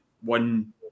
one